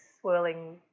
swirling